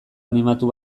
animatu